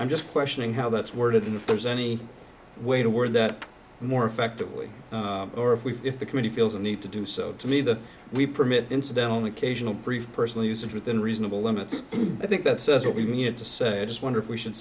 i'm just questioning how that's worded in the forms any way to word that more effectively or if we if the committee feels a need to do so to me that we permit incident only occasional brief personal usage within reasonable limits i think that's what we need to say i just wonder if we should